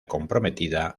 comprometida